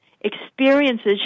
experiences